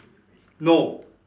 no